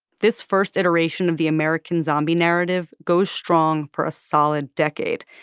this first iteration of the american zombie narrative goes strong for a solid decade.